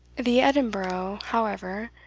the edinburgh, however,